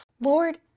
Lord